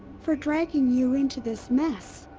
for dragging you into this mess.